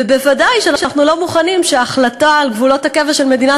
וודאי שאנחנו לא מוכנים שההחלטה על גבולות הקבע של מדינת